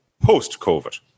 post-COVID